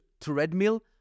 treadmill